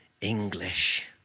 English